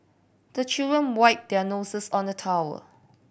the children wipe their noses on the towel